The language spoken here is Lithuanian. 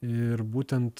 ir būtent